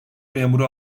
memuru